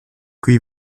qui